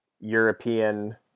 European